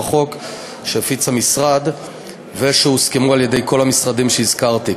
החוק שהפיץ המשרד ושהוסכמו על-ידי כל המשרדים שהזכרתי.